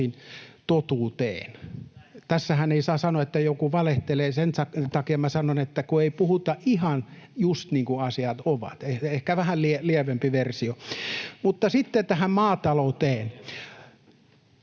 totuuteen. Tässähän ei saa sanoa, että joku valehtelee, niin että sen takia minä sanon, että ei puhuta ihan just niin kuin asiat ovat — ehkä vähän lievempi versio. Mutta sitten tähän maatalouteen.